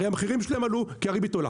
הרי המחירים שלהם עלו כי הריבית עולה